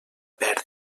perdre